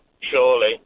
Surely